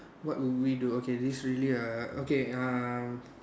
what would we do okay this really uh okay uh